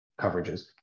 coverages